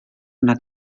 una